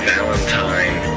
Valentine